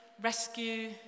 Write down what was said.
rescue